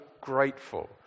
grateful